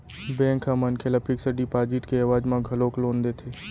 bank ह मनखे ल फिक्स डिपाजिट के एवज म घलोक लोन देथे